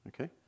Okay